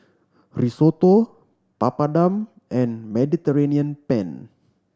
Risotto Papadum and Mediterranean Penne